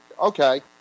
Okay